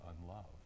unloved